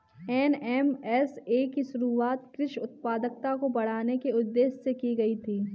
NMSA की शुरुआत कृषि उत्पादकता को बढ़ाने के उदेश्य से की गई थी